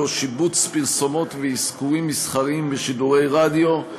(שיבוץ פרסומות ואזכורים מסחריים בשידורי רדיו),